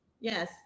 yes